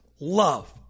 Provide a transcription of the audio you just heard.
love